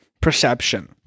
perception